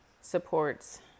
supports